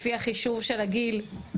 לפי החישוב של הגיל,